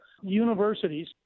universities